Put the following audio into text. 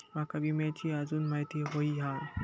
माका विम्याची आजून माहिती व्हयी हा?